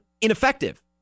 ineffective